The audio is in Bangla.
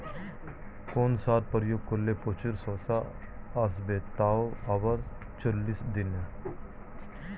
কোন সার প্রয়োগ করলে প্রচুর শশা আসবে তাও আবার চল্লিশ দিনে?